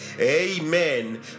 amen